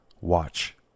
watch